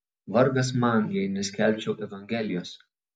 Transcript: vargas man jei neskelbčiau evangelijos